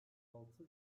altı